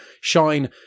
shine